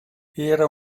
era